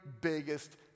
biggest